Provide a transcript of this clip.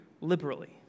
liberally